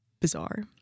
bizarre